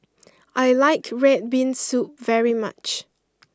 I like red bean soup very much